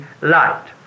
light